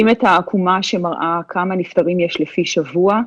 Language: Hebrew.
העקומה שמראה כמה נפטרים יש לפי שבוע,